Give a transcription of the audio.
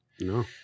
No